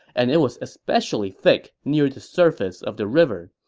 and it was especially thick near the surface of the river.